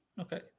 Okay